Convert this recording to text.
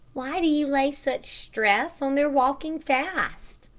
why do you lay such stress on their walking fast?